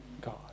God